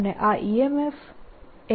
અને આ EMF એ